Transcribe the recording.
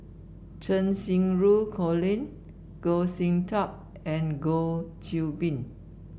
Cheng Xinru Colin Goh Sin Tub and Goh Qiu Bin